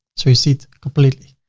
so you see it completely.